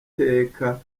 teka